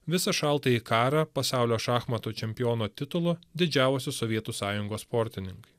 visą šaltąjį karą pasaulio šachmatų čempiono titulu didžiavosi sovietų sąjungos sportininkai